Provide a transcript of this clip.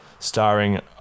Starring